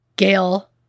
Gail